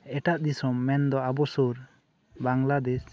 ᱮᱴᱟᱜ ᱫᱤᱥᱚᱢ ᱢᱮᱱᱫᱚ ᱟᱵᱚ ᱥᱩᱨ ᱵᱟᱝᱞᱟᱫᱮᱥ